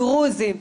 דרוזים,